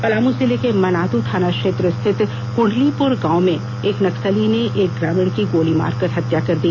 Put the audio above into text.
पलामू जिले के मनातू थाना क्षेत्र स्थित कुंडलीपुर गांव में एक नक्सली ने एक ग्रामीण की गोली मारकर हत्या कर दी